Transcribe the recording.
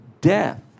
death